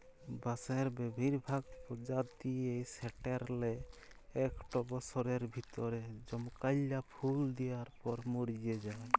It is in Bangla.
বাঁসের বেসিরভাগ পজাতিয়েই সাট্যের লে একস বসরের ভিতরে জমকাল্যা ফুল দিয়ার পর মর্যে যায়